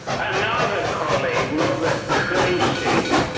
another colleague, robert tracy,